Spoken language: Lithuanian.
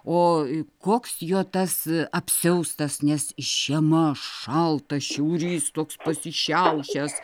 oo koks jo tas apsiaustas nes žiema šaltas šiaurys toks pasišiaušęs